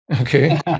Okay